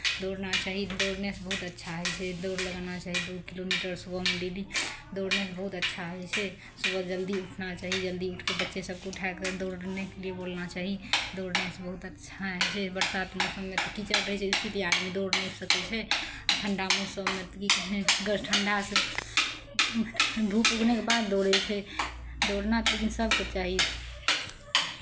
दौड़ना चाही दौड़नेसँ बहुत अच्छा होइ छै दौड़ लगाना चाही दू किलोमीटर सुबहमे डेली दौड़नेसँ बहुत अच्छा होइ छै सुबह जल्दी उठना चाही जल्दी उठि कऽ बच्चे सभकेँ उठाए कऽ दौड़नेके लिए बोलना चाही दौड़नेसँ बहुत अच्छा होइ छै बरसात मौसममे तऽ कीचड़ रहै छै आदमी दौड़ नहि सकै छै ठण्ढा मौसममे तऽ की कहै ठण्ढासँ धूप उगनेके बाद दौड़ै छै दौड़ना तऽ लेकिन सभकेँ चाही